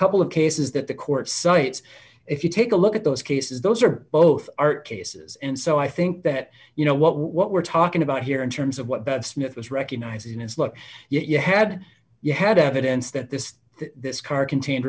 couple of cases that the court cites if you take a look at those cases those are both art cases and so i think that you know what what we're talking about here in terms of what ben smith was recognizing is look you had you had evidence that this car contained